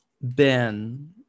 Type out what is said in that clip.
ben